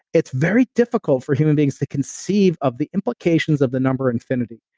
it's very difficult for human beings to conceive of the implications of the number infinity.